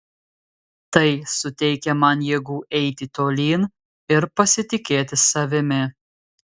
tai suteikia man jėgų eiti tolyn ir pasitikėti savimi